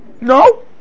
No